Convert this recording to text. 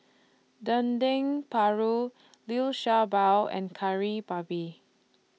Dendeng Paru Liu Sha Bao and Kari Babi